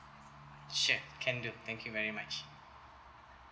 sure can do thank you very much